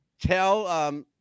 tell